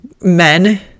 men